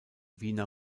wiener